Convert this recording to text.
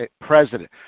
president